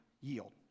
yield